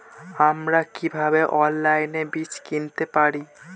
আমরা কীভাবে অনলাইনে বীজ কিনতে পারি?